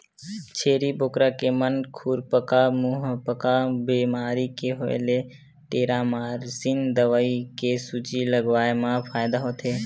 छेरी बोकरा के म खुरपका मुंहपका बेमारी के होय ले टेरामारसिन दवई के सूजी लगवाए मा फायदा होथे